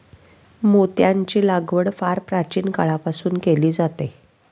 मोत्यांची लागवड फार प्राचीन काळापासून केली जाते